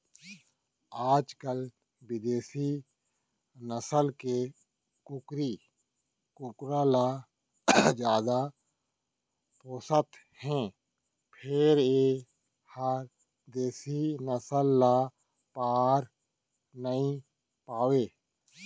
आजकाल बिदेसी नसल के कुकरी कुकरा ल जादा पोसत हें फेर ए ह देसी नसल ल पार नइ पावय